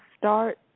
start